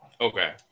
Okay